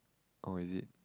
oh is it